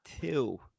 two